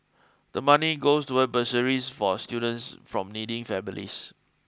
the money goes toward bursaries for students from needy families